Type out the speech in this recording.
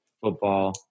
football